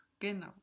Genau